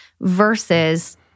versus